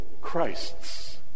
Christs